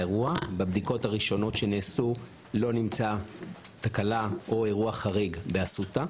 בבדיקות הראשונות שנעשו לא נמצאה תקלה או אירוע חריג באסותא.